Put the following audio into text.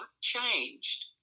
changed